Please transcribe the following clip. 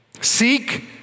Seek